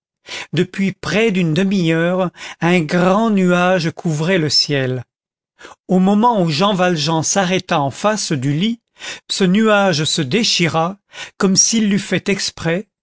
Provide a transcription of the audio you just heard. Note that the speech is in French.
depuis près d'une demi-heure un grand nuage couvrait le ciel au moment où jean valjean s'arrêta en face du lit ce nuage se déchira comme s'il l'eût fait exprès